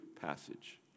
passage